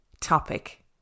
topic